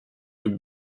would